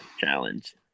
challenge